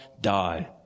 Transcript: die